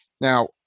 Now